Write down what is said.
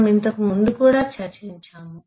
మనము ఇంతకుముందు కూడా చర్చించాము